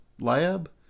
lab